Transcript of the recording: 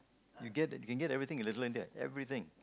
you get you can get everything in Little-India everything